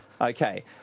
Okay